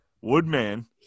Woodman